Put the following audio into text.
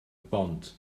bont